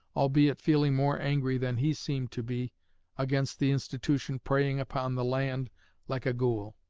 albeit feeling more angry than he seemed to be against the institution preying upon the land like a ghoul.